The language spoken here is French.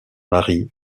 marie